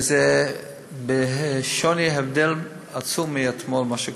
וזה בשוני והבדל עצום מאתמול, ממה שכתוב.